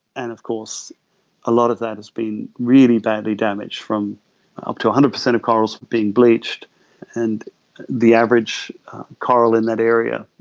and of course a lot of that has been really badly damaged from up to one hundred percent of corals being bleached and the average coral in that area,